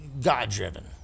God-driven